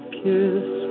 kiss